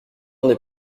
des